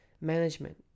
management